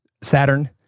Saturn